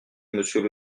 monsieur